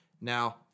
Now